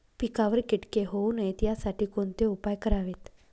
पिकावर किटके होऊ नयेत यासाठी कोणते उपाय करावेत?